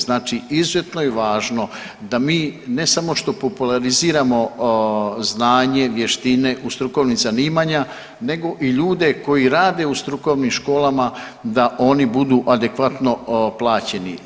Znači izuzetno je važno da mi ne samo što populariziramo znanje, vještine strukovnih zanimanja nego i ljude koji rade u strukovnim školama da oni budu adekvatno plaćeni.